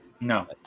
No